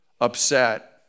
upset